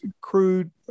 crude